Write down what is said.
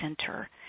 center